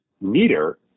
meter